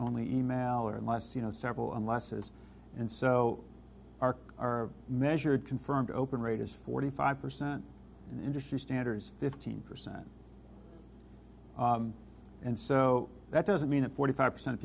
only e mail or unless you know several unless it is and so are are measured confirmed open rate is forty five percent industry standers fifteen percent and so that doesn't mean that forty five percent of